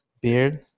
beard